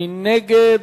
מי נגד?